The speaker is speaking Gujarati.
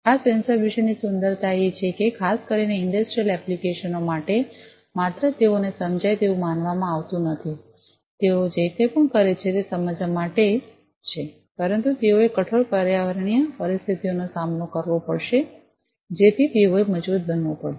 આ સેન્સર વિશેની સુંદરતા એ છે કે ખાસ કરીને ઇંડસ્ટ્રિયલ એપ્લિકેશનો માટે માત્ર તેઓને સમજાય તેવું માનવામાં આવતું નથી તેઓ જે કંઇપણ કરે છે તે સમજવા માટે છે પરંતુ તેઓએ કઠોર પર્યાવરણીય પરિસ્થિતિઓનો સામનો કરવો પડશે જેથી તેઓએ મજબુત બનવું પડશે